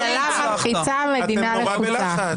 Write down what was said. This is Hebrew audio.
אתם נורא בלחץ.